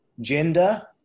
gender